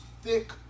thick